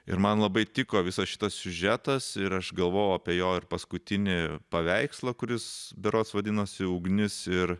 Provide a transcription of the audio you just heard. ir man labai tiko visas šitas siužetas ir aš galvojau apie jo paskutinį paveikslą kuris berods vadinosi ugnis ir